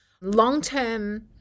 long-term